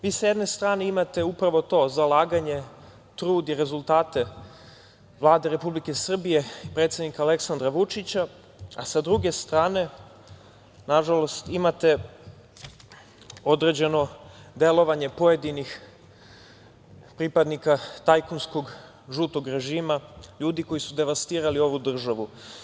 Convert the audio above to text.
Ali, vi sa jedne strane imate upravo to, zalaganje, trud i rezultate Vlade Republike Srbije, predsednika Aleksandra Vučića, a sa druge strane, nažalost, imate određeno delovanje pojedinih pripadnika tajkunskog žutog režima, ljudi koji su devastirali ovu državu.